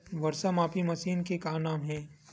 वर्षा मापी मशीन के का नाम हे?